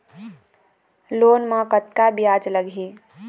Loan म कतका ब्याज लगही?